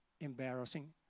embarrassing